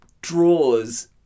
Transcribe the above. draws